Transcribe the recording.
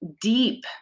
deep